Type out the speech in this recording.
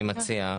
אני מציע,